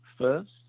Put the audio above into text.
first